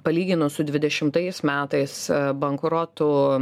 palyginus su dvidešimtais metais bankrotų